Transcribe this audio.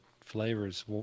flavors